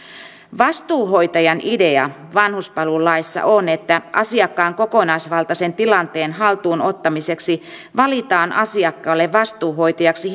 vastuuhoitajan idea vanhuspalvelulaissa on että asiakkaan kokonaisvaltaisen tilanteen haltuun ottamiseksi valitaan asiakkaalle vastuuhoitajaksi